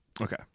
Okay